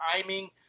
timing